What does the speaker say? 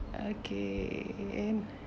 okay and